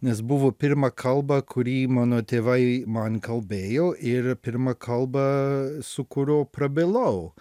nes buvo pirma kalba kurį mano tėvai man kalbėjo ir pirma kalba su kurio prabilau